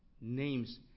names